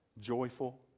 joyful